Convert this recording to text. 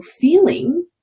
feeling